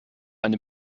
eine